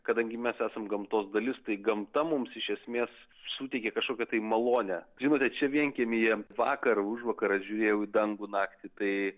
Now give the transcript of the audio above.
kadangi mes esam gamtos dalis tai gamta mums iš esmės suteikia kažkokią tai malonią žinote čia vienkiemyje vakar užvakar aš žiūrėjau į dangų naktį tai